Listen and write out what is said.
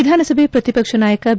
ವಿಧಾನಸಭೆ ಪ್ರತಿಪಕ್ಷ ನಾಯಕ ಬಿ